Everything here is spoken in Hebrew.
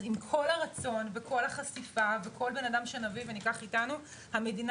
עם כל הרצון וכל החשיפה וכל בן אדם שנביא וניקח איתנו המדינה